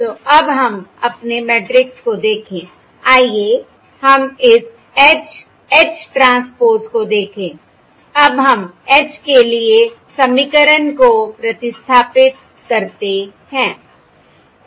तो अब हम अपने मैट्रिक्स को देखें आइए हम इस H H ट्रांसपोज़ को देखें अब हम H के लिए समीकरण को प्रतिस्थापित करते हैं